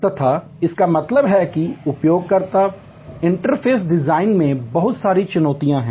तथा इसका मतलब है कि उपयोगकर्ता इंटरफ़ेस डिज़ाइन में बहुत सारी चुनौतियाँ हैं